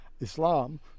islam